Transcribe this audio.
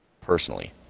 Personally